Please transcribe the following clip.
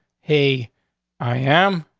he i am.